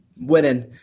Winning